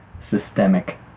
systemic